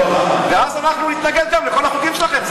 ואז אנחנו נתנגד גם לכל החוקים שלכם,